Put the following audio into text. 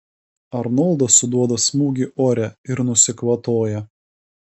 arnoldas suduoda smūgį ore ir nusikvatoja